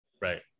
right